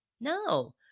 No